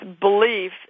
belief